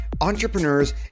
entrepreneurs